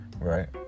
right